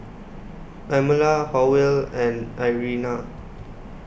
Pamela Howell and Irena